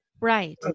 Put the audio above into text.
Right